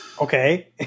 Okay